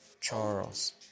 Charles